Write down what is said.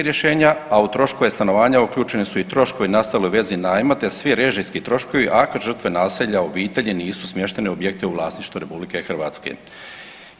Rješenja, a u troškove stanovanja uključeni su i troškovi nastali u vezi najma, te svi režijski troškovi ako žrtve nasilja u obitelji nisu smještene u objekte u vlasništvu Republike Hrvatske.